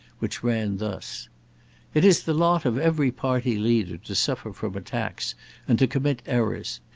which ran thus it is the lot of every party leader to suffer from attacks and to commit errors.